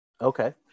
Okay